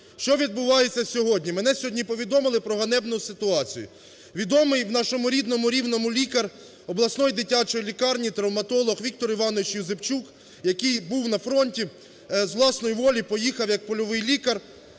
Що відбувається сьогодні? Мене сьогодні повідомили про ганебну ситуацію. Відомий в нашому рідному Рівному лікар обласної дитячої лікарні, травматолог Віктор ІвановичЮзепчук, який був на фронті, з власної волі поїхав як польовий лікар,